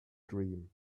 dream